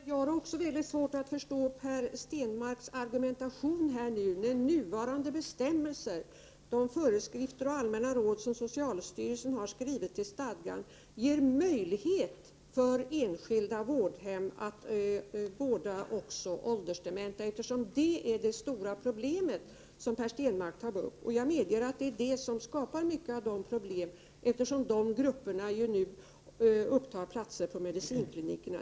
Herr talman! Jag har väldigt svårt att förstå Per Stenmarcks argumentation. De nuvarande bestämmelserna, de föreskrifter och allmänna råd som socialstyrelsen har givit ut, ger möjlighet för enskilda vårdhem att vårda också åldersdementa. Det är ju detta som Per Stenmarck tar upp som det stora problemet. Jag medger att det är ett problem att gamla nu upptar platser på medicinklinikerna.